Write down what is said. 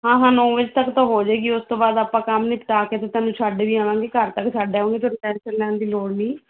ਹਾਂ ਹਾਂ ਨੌ ਵਜੇ ਤੱਕ ਤਾਂ ਹੋ ਜਾਏਗੀ ਉਸ ਤੋਂ ਬਾਅਦ ਆਪਾਂ ਕੰਮ ਨਿਪਟਾ ਕੇ ਫਿਰ ਤੈਨੂੰ ਛੱਡ ਵੀ ਆਵਾਂਗੇ ਘਰ ਤੱਕ ਛੱਡ ਆਵਾਂਗੇ ਟੈਨਸ਼ਨ ਲੈਣ ਦੀ ਲੋੜ ਨੀ